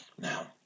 Now